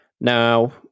Now